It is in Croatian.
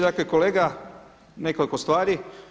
Dakle kolega nekoliko stvari.